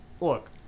Look